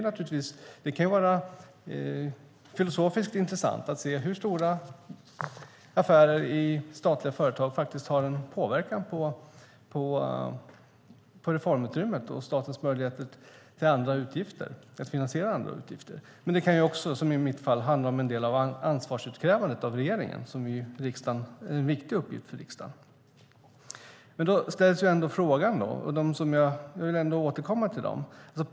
Det kan vara filosofiskt intressant att se hur stora affärer i statliga företag har en påverkan på reformutrymmet och statens möjligheter att finansiera andra utgifter. Det kan också, som i mitt fall, handla om en del av ansvarsutkrävandet av regeringen, som är en viktig uppgift för riksdagen. Jag vill återkomma till frågorna.